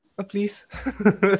please